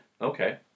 okay